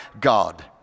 God